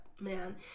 man